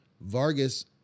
Vargas